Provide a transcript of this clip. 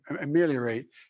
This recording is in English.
ameliorate